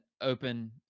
open